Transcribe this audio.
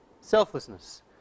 Selflessness